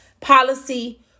policy